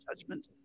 judgment